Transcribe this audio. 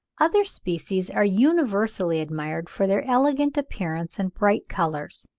other species are universally admired for their elegant appearance and bright colours.